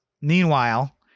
Meanwhile